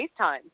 Facetime